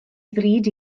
ddrud